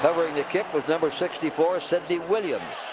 covering the kick was number sixty four, sidney williams.